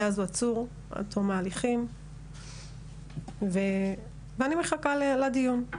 מאז הוא עצור עד תום ההליכים ואני מחכה לדיון.